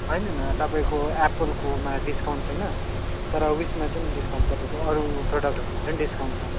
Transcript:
होइन होइन तपाईँको एप्पलकोमा डिस्कउन्ट छैन तर उ यसमा चाहिँ डिस्कउन्ट छ तपाईँको अरू प्रोडक्टहरूमा चाहिँ डिस्कउन्ट छ